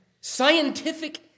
scientific